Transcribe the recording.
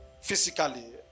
physically